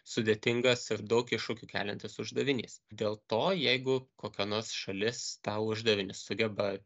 sudėtingas ir daug iššūkių keliantis uždavinys dėl to jeigu kokia nors šalis tą uždavinį sugeba